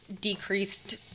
decreased